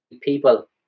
people